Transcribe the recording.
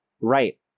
right